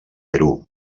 perú